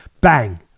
bang